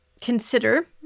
consider